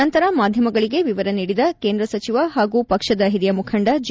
ನಂತರ ಮಾಧ್ಯಮಗಳಿಗೆ ವಿವರ ನೀಡಿದ ಕೇಂದ್ರ ಸಚಿವ ಹಾಗೂ ಪಕ್ಷದ ಹಿರಿಯ ಮುಖಂಡ ಜೆ